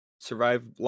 survive